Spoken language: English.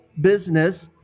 business